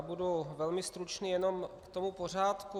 Budu velmi stručný, jenom k tomu pořádku.